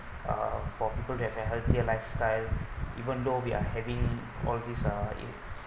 uh for people to have a healthier lifestyle even though we are having all these uh